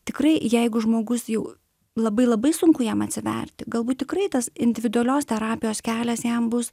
tikrai jeigu žmogus jau labai labai sunku jam atsiverti galbūt tikrai tas individualios terapijos kelias jam bus